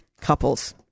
couples